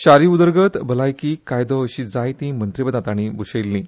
शारी उदरगत भलायकी कायदो अशीं जायतीं मंत्रीपदां तांणी भूशयिल्लीं